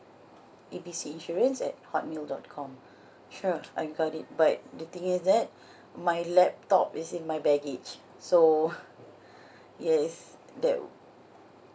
A B C insurance at hotmail dot com sure I got it but the thing is that my laptop is in my baggage so yes that